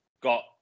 got